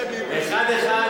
אנחנו מדברים אליכם.